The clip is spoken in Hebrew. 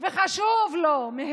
חשובים לו.